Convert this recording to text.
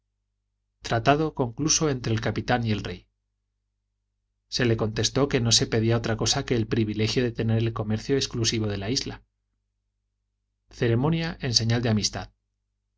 tratado concluso entre el capitán y el rey se le contestó que no se pedía otra cosa que el privilegio de tener el comercio exclusivo de la isla ceremonia en señal de amistad